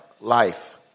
life